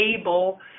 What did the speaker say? able